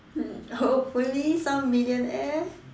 hopefully some millionaire